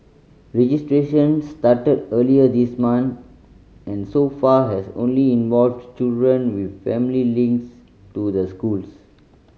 registration started earlier this month and so far has only involved children with family links to the schools